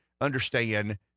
understand